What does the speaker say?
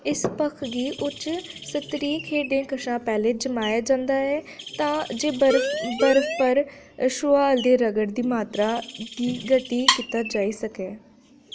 इस पक्ख गी उच्च स्तरीय खेढें कशा पैह्लें जमाया जंदा ऐ तां जे बर्फ बर्फ पर छुहाल ते रगड़ दी मात्रा गी गती कीता जाई सकै